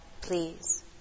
please